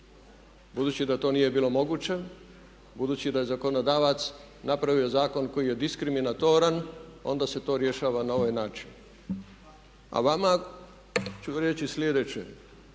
Budući da to nije bilo moguće, budući da je zakonodavac napravio zakon koji je diskriminatoran onda se to rješava na ovaj način. A vama ću reći sljedeće.